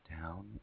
down